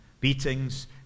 beatings